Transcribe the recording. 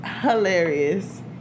hilarious